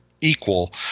equal